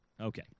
Okay